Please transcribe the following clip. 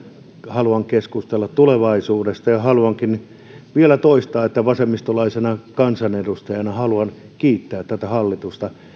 haluan keskustella tulevaisuudesta ja ja haluankin vielä toistaa että vasemmistolaisena kansanedustajana haluan kiittää tätä hallitusta